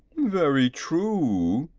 very true,